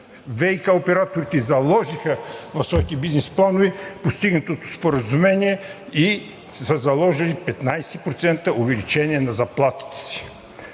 ВиК операторите заложиха в своите бизнес планове постигнатото споразумение и са заложили 15% увеличение на заплатите си.